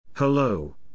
Hello